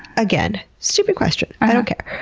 again, stupid question, i don't care.